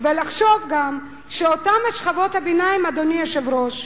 ולחשוב גם שאותן שכבות הביניים, אדוני היושב-ראש,